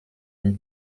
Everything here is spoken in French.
mis